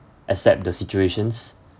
accept the situations